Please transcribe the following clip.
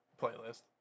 playlist